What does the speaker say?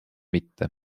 mitte